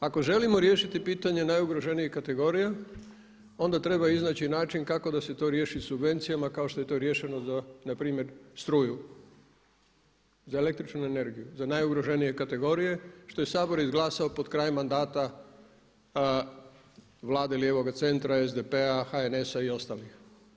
Ako želimo riješiti pitanje najugroženijih kategorija onda treba iznaći način kako da se to riješi subvencijama kao što je to riješeno za npr. struju., za električnu energiju za najugroženije kategorije što je Sabor izglasao pod kraj mandata Vlade lijevoga centra, SDP-a, HNS-a i ostalih.